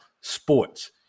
sports